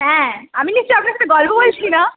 হ্যাঁ আমি নিশ্চয়ই আপনার সাথে গল্প বলছি না